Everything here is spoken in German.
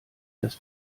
das